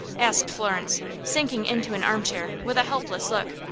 asked florence, sinking into an armchair, with a helpless look.